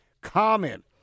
Comment